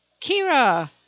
Kira